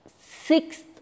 sixth